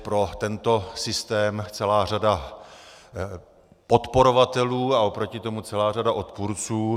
Pro tento systém je celá řada podporovatelů a oproti tomu celá řada odpůrců.